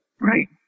Right